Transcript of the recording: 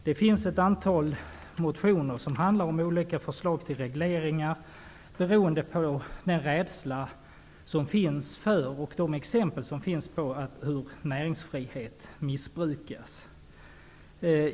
Det finns ett antal motioner som innehåller olika förslag till regleringar, beroende på den rädsla som finns för och de exempel som finns på att näringsfriheten missbrukas.